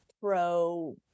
pro